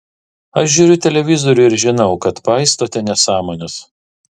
aš žiūriu televizorių ir žinau kad paistote nesąmones